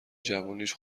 جوونیش